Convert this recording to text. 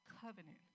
covenant